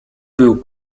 był